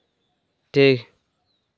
ᱴᱷᱤᱠ